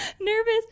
nervous